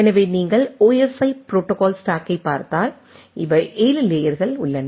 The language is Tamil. எனவே நீங்கள் ஓஎஸ்ஐ ப்ரோடோகால் ஸ்டேக்கைப் பார்த்தால் இவை 7 லேயர்கள் உள்ளன